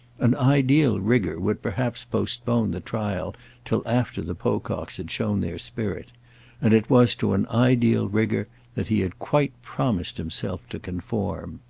an ideal rigour would perhaps postpone the trial till after the pococks had shown their spirit and it was to an ideal rigour that he had quite promised himself to conform.